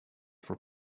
for